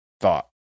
thought